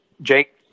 Jake